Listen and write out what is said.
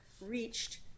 reached